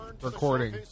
recording